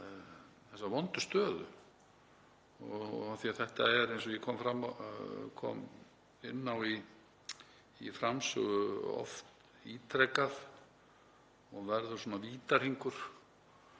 þessa vondu stöðu af því að þetta er, eins og ég kom inn á í framsögu, oft ítrekað og verður vítahringur.